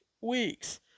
weeks